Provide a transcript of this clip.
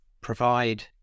provide